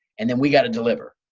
and then we gotta deliver.